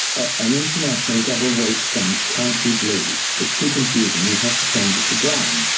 an international double weight stamp, can't be blue. it's too confusing, you have to change it to brown.